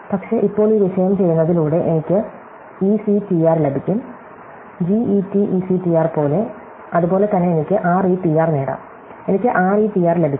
പക്ഷേ ഇപ്പോൾ ഈ വിഷയം ചെയ്യുന്നതിലൂടെ എനിക്ക് ectr ലഭിക്കും get ectr പോലെ അതുപോലെ തന്നെ എനിക്ക് retr നേടാം എനിക്ക് retr ലഭിക്കും